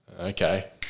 okay